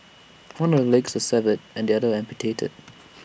one of her legs severed and the other amputated